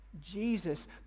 Jesus